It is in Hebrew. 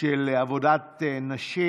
עבודת נשים,